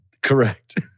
correct